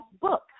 book